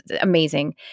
amazing